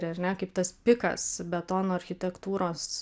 ar ne kaip tas pikas betono architektūros